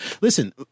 listen